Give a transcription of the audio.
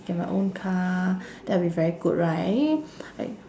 get my own car that'll be very good right I